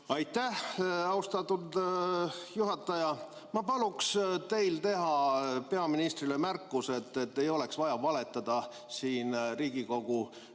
Aitäh, austatud juhataja! Ma palun teil teha peaministrile märkus, et ei oleks vaja valetada siin Riigikogu